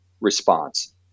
response